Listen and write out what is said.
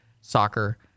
soccer